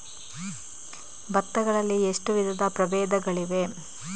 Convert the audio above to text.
ಭತ್ತ ಗಳಲ್ಲಿ ಎಷ್ಟು ವಿಧದ ಪ್ರಬೇಧಗಳಿವೆ?